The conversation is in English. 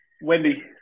Wendy